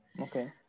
Okay